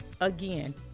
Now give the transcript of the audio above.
Again